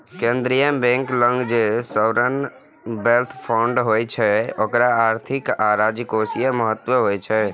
केंद्रीय बैंक लग जे सॉवरेन वेल्थ फंड होइ छै ओकर आर्थिक आ राजकोषीय महत्व होइ छै